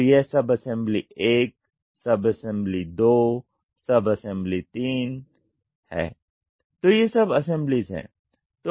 तो यह सब असेंबली 1 सब असेंबली 2 सब असेंबली 3 है तो ये सब असेंबलीज़ है